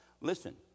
Listen